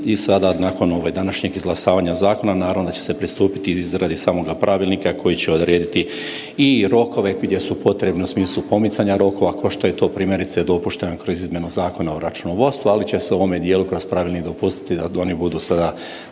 i sada nakon današnjeg izglasavanja zakona naravno da će se pristupiti i izradi samoga pravilnika koji će odrediti i rokove gdje su potrebni u smislu pomicanja rokova kao što je to primjerice dopušteno kroz izmjenu Zakona o računovodstvu, ali će se u ovom dijelu kroz pravilnik dopustiti da oni budu sada